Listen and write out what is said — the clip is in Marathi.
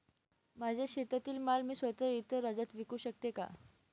माझ्या शेतातील माल मी स्वत: इतर राज्यात विकू शकते का?